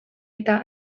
eta